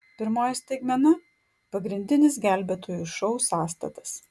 pirmoji staigmena pagrindinis gelbėtojų šou sąstatas